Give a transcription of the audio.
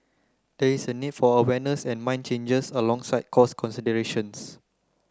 there is a need for awareness and mindset changes alongside cost considerations